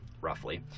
roughly